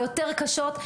היותר קשות.